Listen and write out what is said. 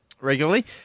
regularly